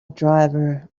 driver